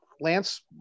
Lance